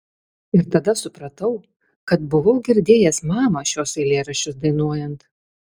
ir tada supratau kad buvau girdėjęs mamą šiuos eilėraščius dainuojant